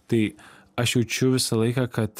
tai aš jaučiu visą laiką kad